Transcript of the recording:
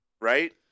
Right